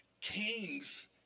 Kings